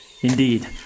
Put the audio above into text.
Indeed